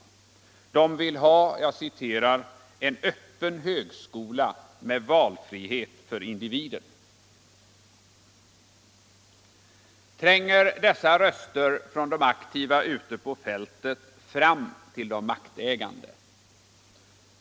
De vill ha ”en öppen högskola med valfrihet för individen”. Tränger dessa röster från de aktiva ute på fältet fram till de maktägande?